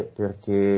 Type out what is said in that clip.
perché